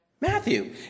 Matthew